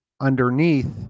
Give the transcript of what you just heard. Underneath